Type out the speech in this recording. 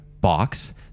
box